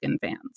fans